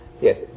Yes